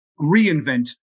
reinvent